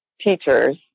teachers